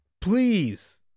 Please